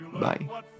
Bye